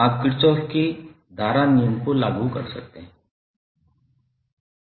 आप किरचॉफ के धारा नियम को लागू कर सकते हैं